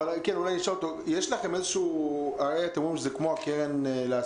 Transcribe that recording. אולי אני אשאל אותו: הרי אתם אומרים שזה כמו הקרן לעסקים,